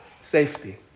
Safety